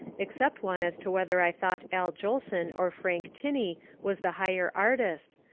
except one as to whether i thought al jolson or frank tinney was the higher artist,